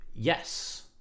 Yes